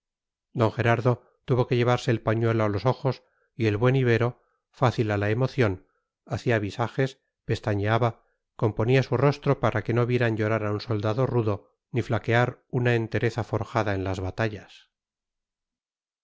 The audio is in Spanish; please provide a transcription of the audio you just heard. d gerardo tuvo que llevarse el pañuelo a los ojos y el buen ibero fácil a la emoción hacía visajes pestañeaba componía su rostro para que no vieran llorar a un soldado rudo ni flaquear una entereza forjada en las batallas